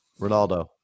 Ronaldo